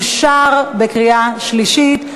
אושרה בקריאה שלישית.